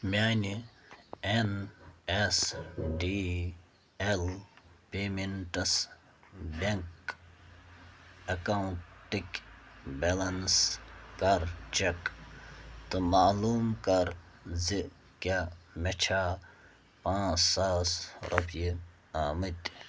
میٛانہِ N S D L payments bank ایٚکاونٛٹٕکۍ balance کَر چیٛک تہٕ معلوٗم کَر زِ کیٛاہ مےٚ چھا پانٛژھ ساس رۄپیہِ آمِتۍ